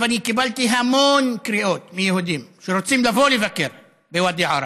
ואני קיבלתי המון קריאות מיהודים שרוצים לבוא ולבקר בוואדי עארה,